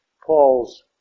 Paul's